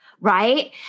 right